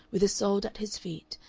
with isolde at his feet,